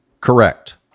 Correct